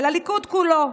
ולליכוד כולו: